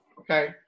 okay